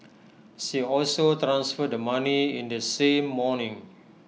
she also transferred the money in the same morning